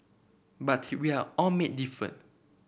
but he we are all made different